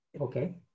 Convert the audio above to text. Okay